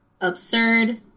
absurd